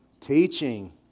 Teaching